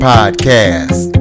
Podcast